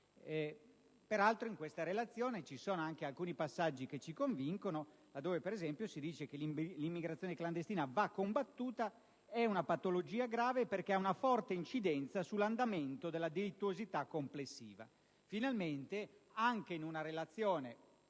Peraltro, in detta relazione sono contenuti anche alcuni passaggi che ci convincono, come - per esempio - quello secondo cui l'immigrazione clandestina va combattuta; è una patologia grave, perché ha una forte incidenza sull'andamento della delittuosità complessiva. Finalmente, anche in una relazione